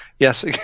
Yes